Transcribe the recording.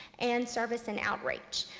and service and outreach.